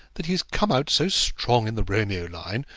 that he has come out so strong in the romeo line,